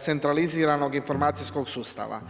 centraliziranog informacijskog sustava.